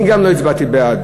אני גם לא הצבעתי בעד,